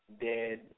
dead